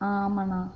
ஆமாம் ஆமாம் அண்ணா